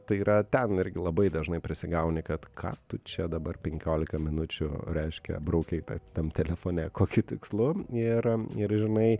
tai yra ten irgi labai dažnai prisigauni kad ką tu čia dabar penkiolika minučių reiškia braukei ta tam telefone kokiu tikslu ir ir žinai